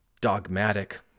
dogmatic